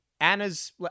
Anna's